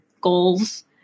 goals